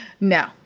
no